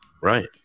right